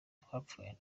twapfuye